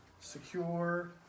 secure